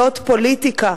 זאת פוליטיקה,